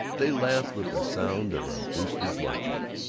they laughed with the sound of a boosters' luncheon.